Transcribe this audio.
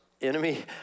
enemy